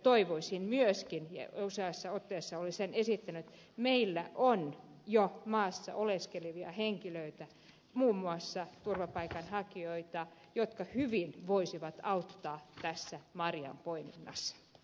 toivoisin myöskin useaan otteeseen olen tämän esittänyt että tässä työllistettäisiin meillä jo maassa oleskelevia henkilöitä muun muassa turvapaikanhakijoita jotka hyvin voisivat auttaa hädässä marjaa poimisinas